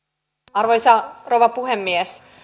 arvoisa rouva puhemies